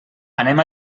anem